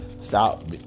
Stop